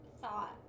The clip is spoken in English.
thought